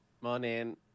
Morning